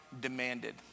demanded